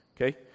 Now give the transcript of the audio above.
Okay